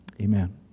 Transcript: amen